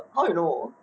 she got how you know